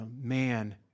man